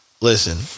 Listen